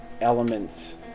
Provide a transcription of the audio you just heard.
elements